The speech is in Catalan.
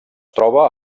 troba